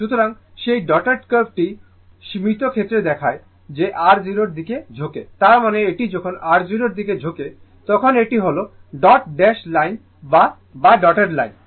সুতরাং সেই dotted curve টি সীমিত ক্ষেত্রে দেখায় যে R 0 এর দিকে ঝোঁকে তার মানে এটি যখন R 0 এর দিকে ঝোঁকে তখন এটি হল ডট ড্যাশ লাইন বা ডটেড লাইন